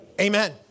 Amen